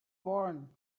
born